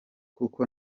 kuko